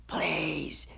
Please